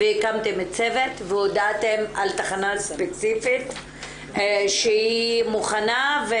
הקמתם צוות והודעתם על תחנה ספציפית שהיא מוכנה.